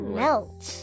melt